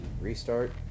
restart